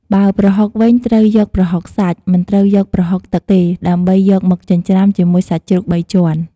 បើប្រហុកវិញត្រូវយកប្រហុកសាច់ មិនត្រូវយកប្រហុកទឹកទេ ដើម្បីយកមកចិញ្ច្រាំជាមួយសាច់ជ្រូកបីជាន់។